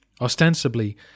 Ostensibly